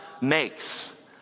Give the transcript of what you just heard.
makes